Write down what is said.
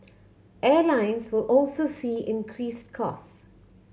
airlines will also see increased cost